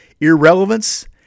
Irrelevance